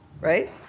right